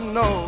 no